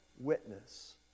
witness